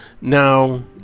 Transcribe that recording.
Now